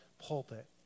pulpit